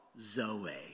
zoe